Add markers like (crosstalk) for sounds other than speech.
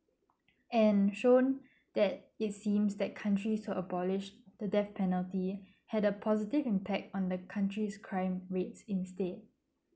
and shown (breath) that it seems that country to abolish the death penalty (breath) had a positive impact on the country's crime rates instead